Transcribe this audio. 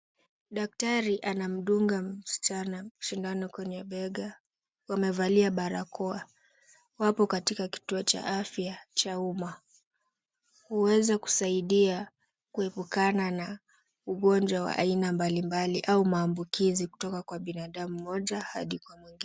Daktari anamdunga msichana sindano kwenye bega. Wamevalia barakoa. Wapo katika kituo cha afya cha umma. Huweza kusaidia kuepukana na ugonjwa wa aina mbalimbali au maambukizi kutoka kwa binadamu mmoja hadi kwa mwingine.